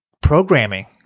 programming